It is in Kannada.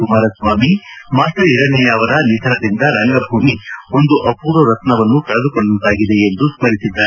ಕುಮಾರಸ್ವಾಮಿ ಮಾಸ್ಟರ್ ಹಿರಣ್ಣಯ್ಕ ಅವರ ನಿಧನದಿಂದ ರಂಗಭೂಮಿ ಒಂದು ಅಪೂರ್ವ ರತ್ನವನ್ನು ಕಳೆದುಕೊಂಡಂತಾಗಿದೆ ಎಂದು ಸ್ಪರಿಸಿದ್ದಾರೆ